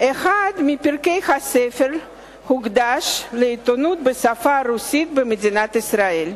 ואחד מפרקיו הוקדש לעיתונות בשפה הרוסית במדינת ישראל.